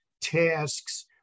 tasks